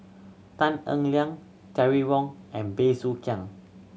Tan Eng Liang Terry Wong and Bey Soo Khiang